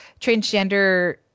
transgender